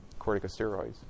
corticosteroids